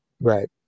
Right